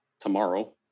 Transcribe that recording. tomorrow